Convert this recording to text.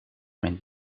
mijn